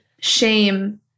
shame